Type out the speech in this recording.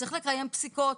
שצריך לקיים פסיקות,